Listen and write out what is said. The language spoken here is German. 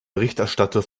berichterstatter